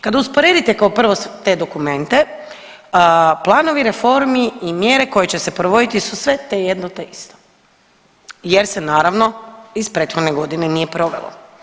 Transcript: Kad usporedite, kao prvo, te dokumente, planovi reformi i mjere koje će se provoditi su sve te jedno te isto jer se naravno, iz prethodne godine nije provelo.